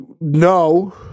No